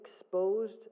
exposed